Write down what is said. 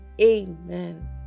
Amen